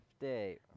day